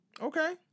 Okay